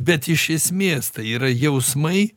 bet iš esmės tai yra jausmai